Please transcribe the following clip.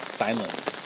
silence